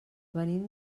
venim